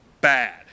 bad